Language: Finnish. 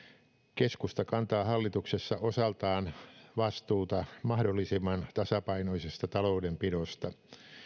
keskusta kantaa hallituksessa osaltaan vastuuta mahdollisimman tasapainoisesta taloudenpidosta